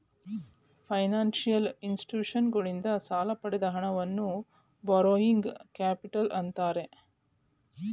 financial ಇನ್ಸ್ಟಿಟ್ಯೂಷನ್ಸಗಳಿಂದ ಸಾಲ ಪಡೆದ ಹಣವನ್ನು ಬಾರೋಯಿಂಗ್ ಕ್ಯಾಪಿಟಲ್ ಅಂತ್ತಾರೆ